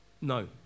no